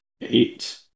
Eight